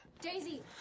Daisy